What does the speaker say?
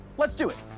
let's do it.